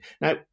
Now